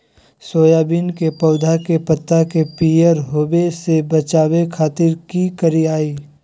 Soybean के पौधा के पत्ता के पियर होबे से बचावे खातिर की करिअई?